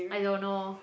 I don't know